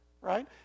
right